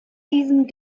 diesem